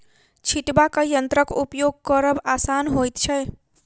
छिटबाक यंत्रक उपयोग करब आसान होइत छै